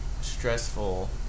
stressful